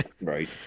Right